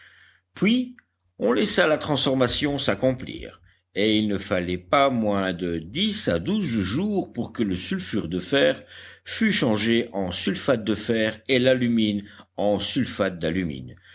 puis on laissa la transformation s'accomplir et il ne fallait pas moins de dix à douze jours pour que le sulfure de fer fût changé en sulfate de fer et l'alumine en sulfate d'alumine